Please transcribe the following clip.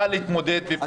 הייתה מתפקדת.